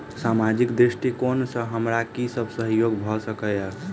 सामाजिक दृष्टिकोण सँ हमरा की सब सहयोग भऽ सकैत अछि?